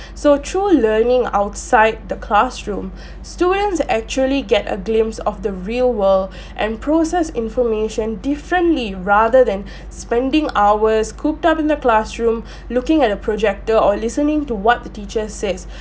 so through learning outside the classroom students actually get a glimpse of the real world and process information differently rather than spending hours cooped up in the classroom looking at a projector or listening to what the teacher says